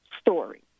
story